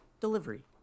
delivery